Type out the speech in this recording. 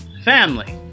Family